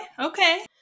Okay